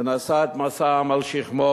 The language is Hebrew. והוא נשא את משא העם על שכמו,